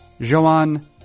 Joan